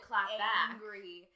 angry